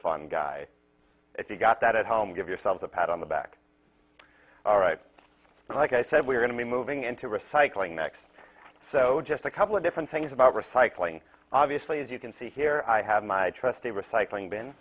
fun guy if you got that at home give yourselves a pat on the back all right and like i said we're going to be moving into recycling next so just a couple of different things about recycling obviously as you can see here i have my trusty recycling bin